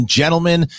gentlemen